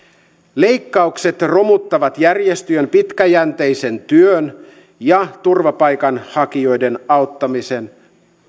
leikkaukset romuttavat järjestöjen pitkäjänteisen työn ja turvapaikanhakijoiden auttamisen